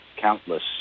countless